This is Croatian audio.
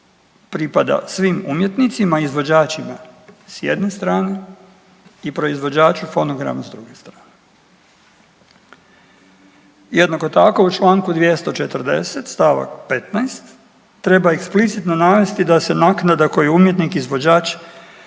pripada svim umjetnicima izvođačima s jedne strane i proizvođaču fonograma s druge strane. Jednako tako u članku 240. stavak 15. treba eksplicitno navesti da se naknada koju umjetnik izvođač